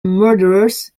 murderers